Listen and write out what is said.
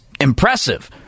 impressive